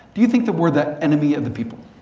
do you think that we're the enemy of the people?